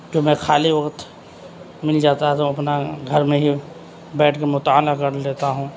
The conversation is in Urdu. کہ میں خالی وقت مل جاتا ہے تو اپنا گھر میں ہی بیٹھ کے مطالعہ کر لیتا ہوں